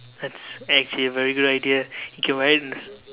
that's actually very good idea you can wear it in